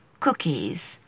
cookies